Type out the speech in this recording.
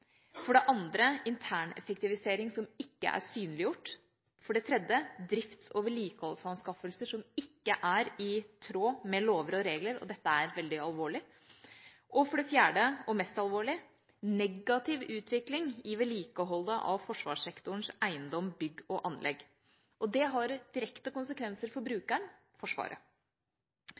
For det første etatsstyring, for det andre interneffektivisering som ikke er synliggjort, for det tredje drifts- og vedlikeholdsanskaffelser som ikke er i tråd med lover og regler – og dette er veldig alvorlig – og for det fjerde, og mest alvorlig, negativ utvikling i vedlikeholdet av forsvarssektorens eiendom, bygg og anlegg. Det har direkte konsekvenser for brukeren: Forsvaret.